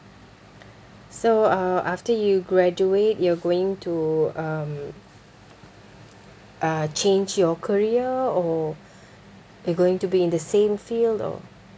so uh after you graduate you're going to um uh change your career or you're going to be in the same field or